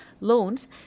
loans